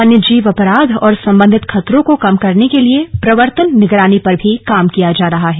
वन्य जीव अपराध और संबंधित खतरों को कम करने के लिए प्रर्वतन निगरानी पर भी काम किया जा रहा हैं